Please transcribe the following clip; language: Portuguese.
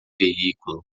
veículo